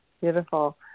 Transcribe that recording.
Beautiful